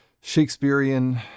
shakespearean